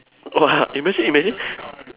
!wah! imagine imagine